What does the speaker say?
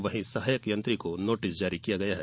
वहीं सहायक यंत्री को नोटिस जारी किया है